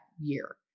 year